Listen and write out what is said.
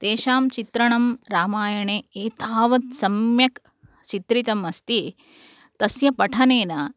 तेषां चित्रणं रामायणे एतावत् सम्यक् चित्रितम् अस्ति तस्य पठनेन